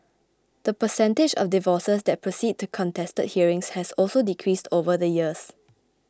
the percentage of divorces that proceed to contested hearings has also decreased over the years